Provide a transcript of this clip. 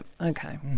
okay